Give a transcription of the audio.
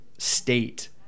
state